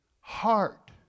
heart